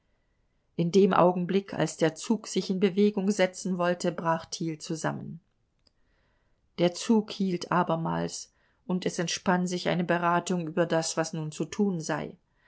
in dem augenblick als der zug sich in bewegung setzen wollte brach thiel zusammen der zug hielt abermals und es entspann sich eine beratung über das was nun zu tun sei